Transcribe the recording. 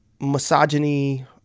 misogyny